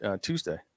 Tuesday